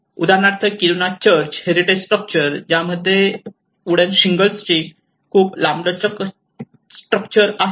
उदाहरणार्थ Kiruna church heritage structure ज्यामध्ये लाकडी शिंगल्सची खूप लांबलचक स्ट्रक्चर आहे